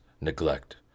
neglect